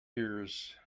ears